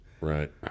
Right